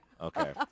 Okay